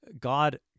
God